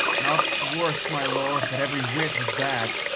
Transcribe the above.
not so worse my lord, but every whit as bad.